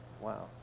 Wow